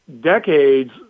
decades